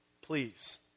please